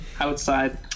Outside